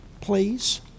please